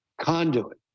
Conduit